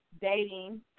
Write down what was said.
dating